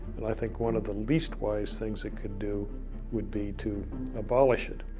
and i think one of the least wise things it could do would be to abolish it.